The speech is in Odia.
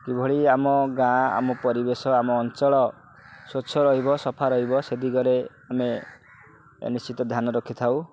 କିଭଳି ଆମ ଗାଁ ଆମ ପରିବେଶ ଆମ ଅଞ୍ଚଳ ସ୍ୱଚ୍ଛ ରହିବ ସଫା ରହିବ ସେଦିଗରେ ଆମେ ନିଶ୍ଚିତ ଧ୍ୟାନ ରଖିଥାଉ